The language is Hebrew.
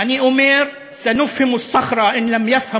אני אומר (אומר דברים בשפה הערבית, להלן תרגומם: